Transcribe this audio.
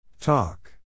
Talk